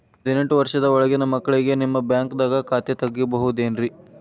ಹದಿನೆಂಟು ವರ್ಷದ ಒಳಗಿನ ಮಕ್ಳಿಗೆ ನಿಮ್ಮ ಬ್ಯಾಂಕ್ದಾಗ ಖಾತೆ ತೆಗಿಬಹುದೆನ್ರಿ?